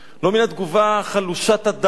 לא מן התגובה חלושת הדעת.